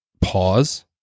pause